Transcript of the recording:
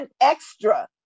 extra